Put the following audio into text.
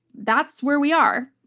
that's where we are.